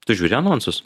tu žiūri anonsus